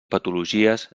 patologies